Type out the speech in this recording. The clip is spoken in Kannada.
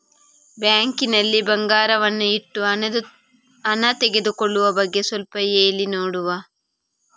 ಬ್ಯಾಂಕ್ ನಲ್ಲಿ ಬಂಗಾರವನ್ನು ಇಟ್ಟು ಹಣ ತೆಗೆದುಕೊಳ್ಳುವ ಬಗ್ಗೆ ಸ್ವಲ್ಪ ಹೇಳಿ ನೋಡುವ?